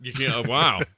Wow